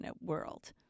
world